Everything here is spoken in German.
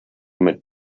mit